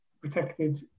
protected